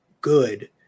good